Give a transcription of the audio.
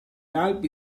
alpi